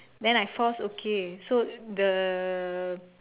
then I force okay so the